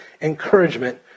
encouragement